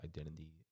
identity